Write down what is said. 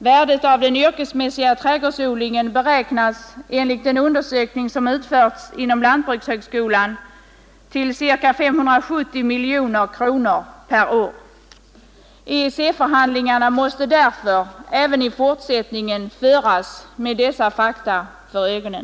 Värdet av den yrkesmässiga trädgårdsodlingen beräknas enligt en undersökning som utförts inom lantbrukshögskolan till ca 570 miljoner kronor per år. EEC-förhandlingarna måste därför även i fortsättningen föras med dessa fakta för ögonen.